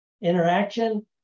interaction